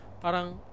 parang